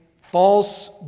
false